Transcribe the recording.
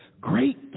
great